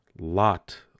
lot